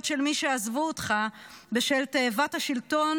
של מי שעזבו אותך בשל תאוות השלטון